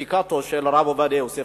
אילולא פסיקתו של הרב עובדיה יוסף,